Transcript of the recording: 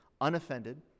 unoffended